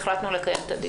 החלטנו לקיים את הדיון.